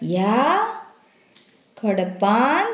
ह्या खडपांत़